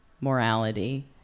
morality